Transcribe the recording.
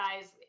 guys